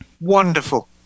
wonderful